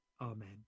Amen